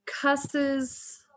cusses